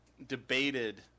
Debated